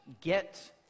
get